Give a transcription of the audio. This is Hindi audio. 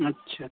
अच्छा